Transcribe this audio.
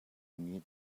near